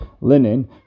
linen